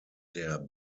der